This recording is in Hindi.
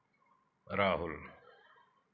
राहुल